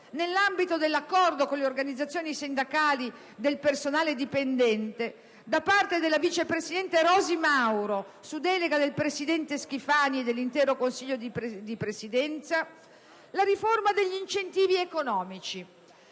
nell'ambito dell'accordo con le organizzazioni sindacali del personale dipendente, da parte della vice presidente Rosi Mauro, su delega del presidente Schifani e dell'intero Consiglio di Presidenza, la riforma degli incentivi economici,